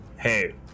hey